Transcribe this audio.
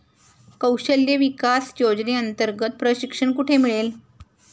कौशल्य विकास योजनेअंतर्गत प्रशिक्षण कुठे मिळेल?